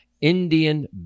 Indian